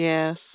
Yes